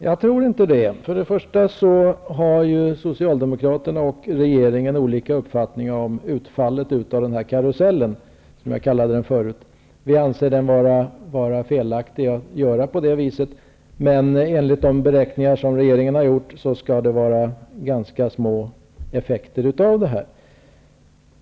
Herr talman! Jag tror inte det. Först och främst har ju Socialdemokraterna och regeringen olika uppfattningar om utfallet av den här karusellen -- som jag kallade den förut. Vi anser den vara felaktig. Men enligt de beräkningar som regeringen har gjort skall det vara ganksa små effekter av detta.